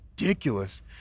Ridiculous